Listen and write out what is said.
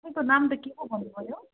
तपाईँको नाम त के पो भन्नुभयो